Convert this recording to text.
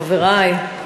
חברי,